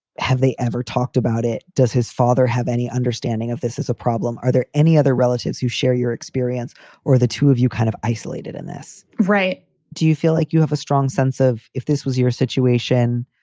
have they ever talked about it? does his father have any understanding of this is a problem? are there any other relatives who share your experience or the two of you kind of isolated in this? right. do you feel like you have a strong sense of if this was your situation,